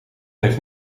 heeft